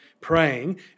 praying